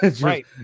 right